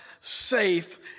safe